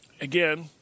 again